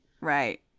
Right